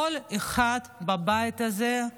כל אחד בבית הזה,